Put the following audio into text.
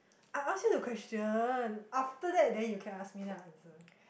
I ask you the question after that then you can ask me then I will answer